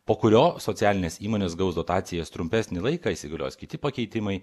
po kurio socialinės įmonės gaus dotacijas trumpesnį laiką įsigalios kiti pakeitimai